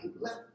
left